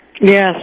Yes